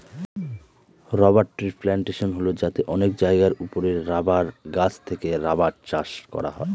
rubber ট্রির plantation হল যাতে অনেক জায়গার ওপরে রাবার গাছ থেকে রাবার চাষ করা হয়